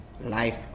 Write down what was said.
life